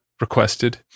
requested